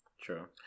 True